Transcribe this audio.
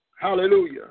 Hallelujah